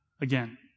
again